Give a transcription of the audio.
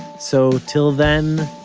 so till then,